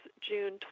June